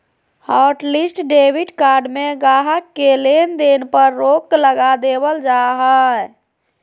hotlist debit card में गाहक़ के लेन देन पर रोक लगा देबल जा हय